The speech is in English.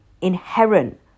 inherent